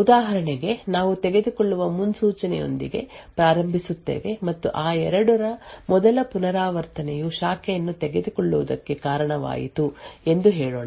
ಉದಾಹರಣೆಗೆ ನಾವು ತೆಗೆದುಕೊಳ್ಳದ ಮುನ್ಸೂಚನೆಯೊಂದಿಗೆ ಪ್ರಾರಂಭಿಸುತ್ತೇವೆ ಮತ್ತು ಆ 2 ರ ಮೊದಲ ಪುನರಾವರ್ತನೆಯು ಶಾಖೆಯನ್ನು ತೆಗೆದುಕೊಳ್ಳುವುದಕ್ಕೆ ಕಾರಣವಾಯಿತು ಎಂದು ಹೇಳೋಣ